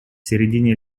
середине